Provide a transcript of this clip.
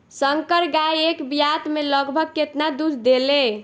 संकर गाय एक ब्यात में लगभग केतना दूध देले?